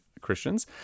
Christians